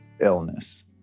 illness